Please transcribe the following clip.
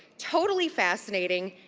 totally fascinating,